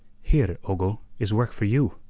here, ogle, is work for you,